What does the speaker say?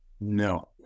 No